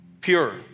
pure